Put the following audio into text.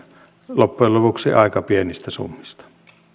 loppujen lopuksi aika pienistä summista